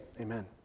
amen